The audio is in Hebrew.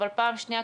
אבל פעם שנייה,